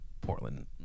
Portland